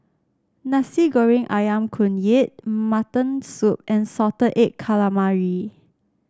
Nasi Goreng ayam Kunyit Mutton Soup and Salted Egg Calamari